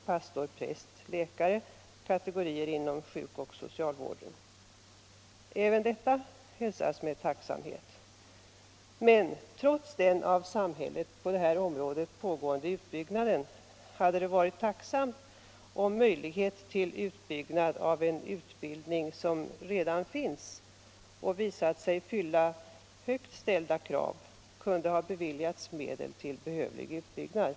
pastor, präst, läkare och andra kategorier inom sjuk och socialvård. Även detta hälsas med tacksamhet. Men trots den av samhället på detta område bedrivna utbyggnaden hade det varit tacknämligt om en utbildning som redan finns — och visat sig fylla högt ställda krav — kunde ha beviljats medel till behövlig utbyggnad.